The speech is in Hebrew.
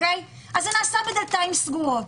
אז זה נעשה בדלתיים בסגורות.